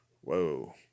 Whoa